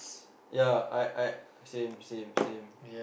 ya I I same same same